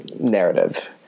narrative